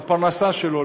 לפרנסה שלו,